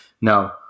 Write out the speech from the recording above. now